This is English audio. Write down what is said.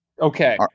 Okay